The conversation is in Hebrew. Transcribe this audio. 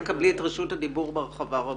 תכף תקבלי את רשות הדיבור בהרחבה רבה.